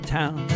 town